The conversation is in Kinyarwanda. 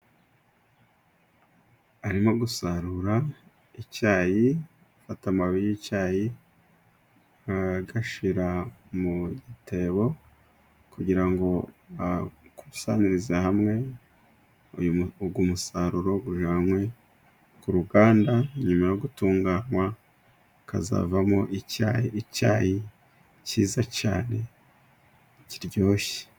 Arimo gusarura icyayi , afata amababi y'icyayi agashyira mu gitebo kugira ngo akusanyirize hamwe uyu umusaruro ujyanwe ku ruganda, nyuma yo gutunganywa hakazavamo icyayi , icyayi cyiza cyane kiryoshye.